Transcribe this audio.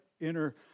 inner